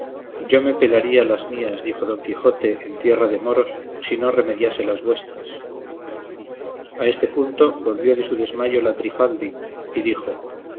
yo me pelaría las mías dijo don quijote en tierra de moros si no remediase las vuestras a este punto volvió de su desmayo la trifaldi y dijo